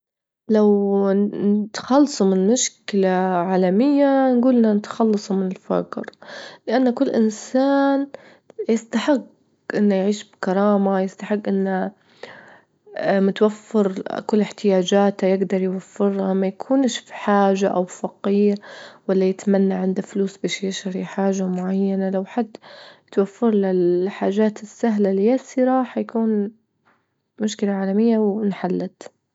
لو نتخلصوا من مشكلة عالمية جولنا نتخلصوا من الفجر، لأن كل إنسان يستحج إنه يعيش بكرامة، يستحج إنه متوفر كل إحتياجاته، يجدر يوفرها، ما يكونش بحاجة أو فقير، ولا يتمنى عنده فلوس باش يشري حاجة معينة، لو حد توفر له الحاجات السهلة اليسرة حيكون مشكلة عالمية وإنحلت.